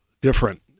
different